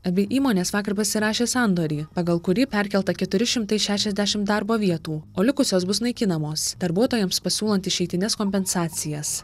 abi įmonės vakar pasirašė sandorį pagal kurį perkelta keturi šimtai šešiasdešimt darbo vietų o likusios bus naikinamos darbuotojams pasiūlant išeitines kompensacijas